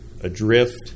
adrift